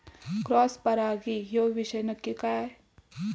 Cross परागी ह्यो विषय नक्की काय?